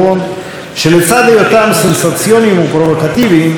שלצד היותם סנסציוניים ופרובוקטיביים היו זירה